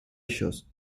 ellos